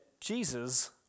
Jesus